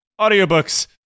audiobooks